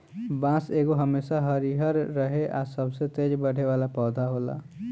बांस एगो हमेशा हरियर रहे आ सबसे तेज बढ़े वाला पौधा होला